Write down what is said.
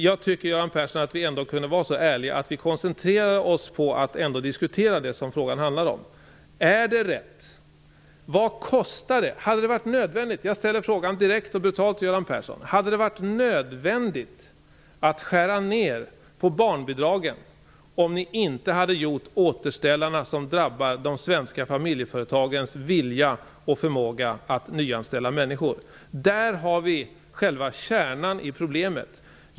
Jag tycker, Göran Persson, att vi ändå borde vara så ärliga att vi koncentrerade oss på att diskutera det som frågan handlar om. Jag ställer frågan direkt och brutalt till Göran Persson: Hade det varit nödvändigt att skära ner på barnbidragen, om ni inte hade genomfört återställarna som drabbar de svenska familjeföretagens vilja och förmåga att nyanställa människor? Här har vi själva kärnan i problemet.